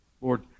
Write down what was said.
Lord